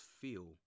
feel